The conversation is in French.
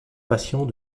patient